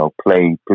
play